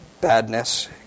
badness